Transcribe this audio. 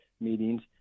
meetings